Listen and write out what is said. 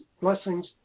blessings